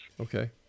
Okay